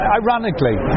ironically